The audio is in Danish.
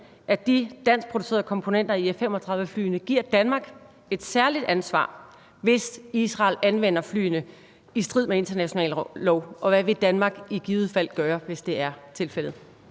at de danskproducerede komponenter i F-35-flyene giver Danmark et særligt ansvar, hvis Israel anvender flyene i strid med international lov, og hvad vil Danmark i givet fald gøre, hvis det er tilfældet?